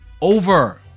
over